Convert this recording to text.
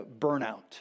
burnout